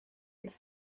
its